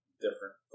different